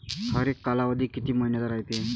हरेक कालावधी किती मइन्याचा रायते?